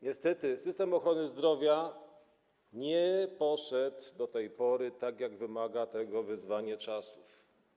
Niestety z systemem ochrony zdrowia nie poszło do tej pory tak, jak wymagają tego wyzwania czasów.